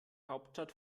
hauptstadt